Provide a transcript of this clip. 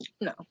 No